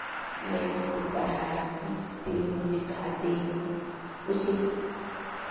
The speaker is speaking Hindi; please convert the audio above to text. लड़के को पढ़ाती हूँ लिखाती हूँ उसी